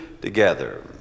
together